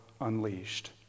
unleashed